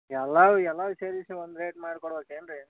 ಎಲ್ಲವು ಎಲ್ಲವೂ ಸೇರಿಸಿ ಒಂದು ರೇಟ್ ಮಾಡಿ ಕೊಡ್ಬೇಕೇನ್ರೀ